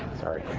sorry.